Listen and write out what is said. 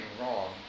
wrong